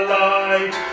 light